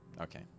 okay